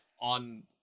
on